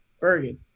Bergen